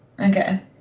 Okay